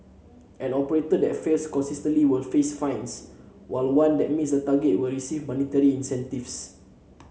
an operator that fails consistently will face fines while one that meets targets will receive monetary incentives